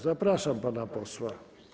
Zapraszam pana posła.